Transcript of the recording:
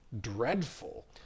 dreadful